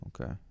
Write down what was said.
Okay